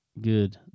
good